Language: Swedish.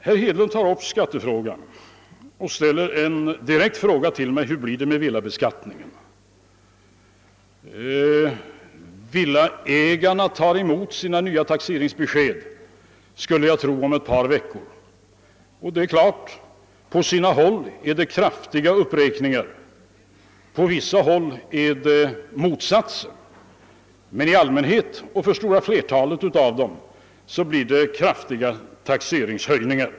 Herr Hedlund tar upp skatterna och ställer en direkt fråga till mig: Hur blir det med villabeskattningen? Villaägarna tar emot sina nya taxeringsbesked om ett par veckor, skulle jag tro. Det är klart att det på sina håll är kraftiga uppräkningar. På vissa håll är det motsatsen, men i allmänhet och för det stora flertalet blir det betydande taxeringshöjningar.